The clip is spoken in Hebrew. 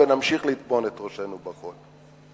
ונמשיך לטמון את ראשינו בחול.